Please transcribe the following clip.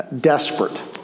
desperate